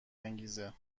انگیزه